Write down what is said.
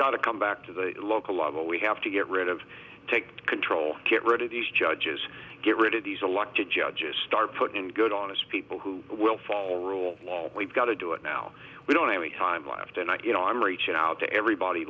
got to come back to the local level we have to get rid of take control get rid of these judges get rid of these elected judges start put in good honest people who will fall rule of law we've got to do it now we don't have any time left and i you know i'm reaching out to everybody